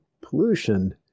pollution